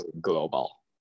global